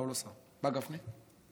מה גפני?